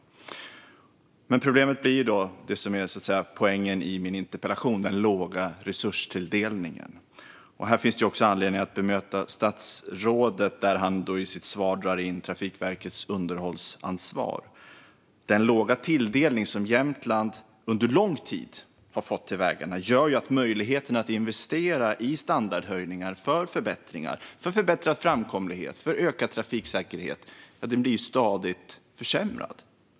Problemet blir då det som så att säga är poängen i min interpellation: den låga resurstilldelningen. Här finns det också anledning att bemöta statsrådet, som i sitt svar drar in Trafikverkets underhållsansvar. Den låga tilldelning som Jämtland under lång tid har fått till vägarna gör ju att möjligheterna att investera i standardhöjningar och förbättringar som förbättrad framkomlighet och ökad trafiksäkerhet stadigt försämras.